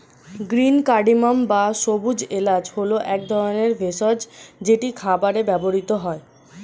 green cardamom বা সবুজ এলাচ হল এক ধরনের ভেষজ যেটি খাবারে ব্যবহৃত হয়